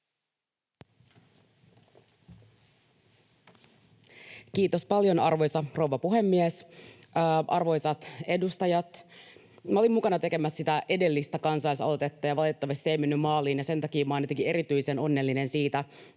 Kiitos paljon, arvoisa rouva puhemies! Arvoisat edustajat! Olin mukana tekemässä sitä edellistä kansalaisaloitetta, ja valitettavasti se ei mennyt maaliin, ja sen takia olen jotenkin erityisen onnellinen siitä,